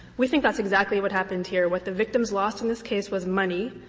we think that's exactly what happened here. what the victims lost in this case was money.